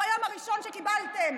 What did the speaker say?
ביום הראשון שקיבלתם